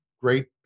great